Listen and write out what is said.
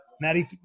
Maddie